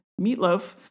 Meatloaf